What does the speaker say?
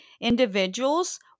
individuals